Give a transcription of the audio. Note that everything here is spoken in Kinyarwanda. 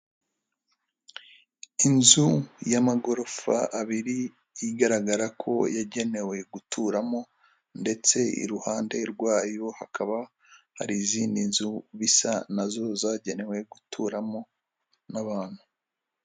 Inzu y'amagorofa abiri igaragara ko yagenewe guturamo ndetse iruhande rwayo hakaba hari izindi nzu bisa na zo zagenewe guturamo n'abantu.